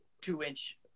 two-inch